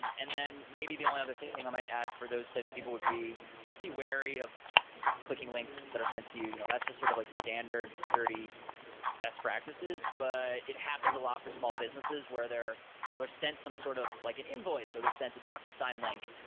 and and then maybe the only other thing i might add for those such people would be just be wary of clicking links that are sent to you. you know that's just sort of like standard security best practices, but it happens a lot for small businesses where they're you know they're sent some sort of like an invoice or they're sent a docusign link.